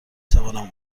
توانم